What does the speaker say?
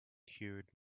cured